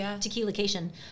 tequila-cation